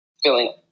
feeling